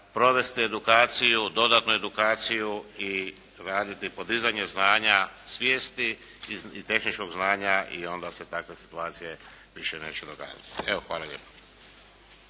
provesti edukaciju, dodatnu edukaciju i vratiti podizanje znanja svijesti i tehničkog znanja i onda se takve situacije više neće događati. Evo, hvala lijepa.